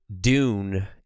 Dune